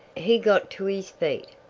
he got to his feet,